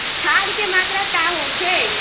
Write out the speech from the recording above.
खाध के मात्रा का होखे?